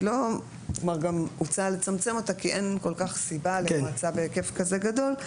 גם הוצע לצמצם אותה כי אין כל כך סיבה למועצה בהיקף כזה גדול.